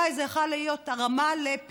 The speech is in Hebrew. אולי זה יכול היה להיות הרמה לפיטורים,